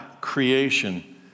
creation